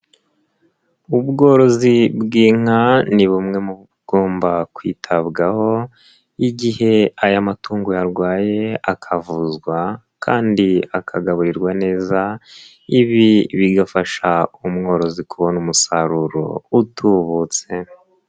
Ubworozi bw'inka ni bumwe mu ubugomba kwitabwaho igihe aya matungo yarwaye akavuzwa kandi akagaburirwa neza, ibi bigafasha umworozi kubona umusaruro utubutse.